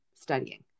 studying